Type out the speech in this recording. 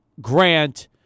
Grant